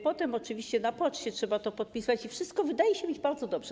Potem oczywiście na poczcie trzeba to podpisać i wszystko wydaje się proste.